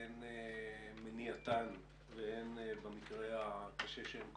הן מניעתן והן במקרה הקשה שהן קורות,